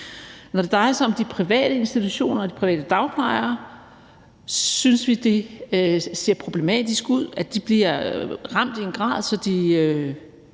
Når det drejer sig om de private institutioner og de private dagplejere, synes vi, det ser problematisk ud, at de bliver ramt i en grad, hvor de